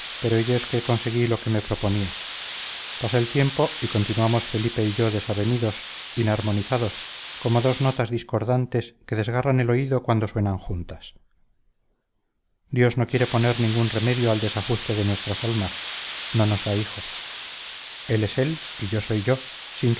pero ello es que conseguí lo que me proponía